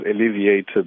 alleviated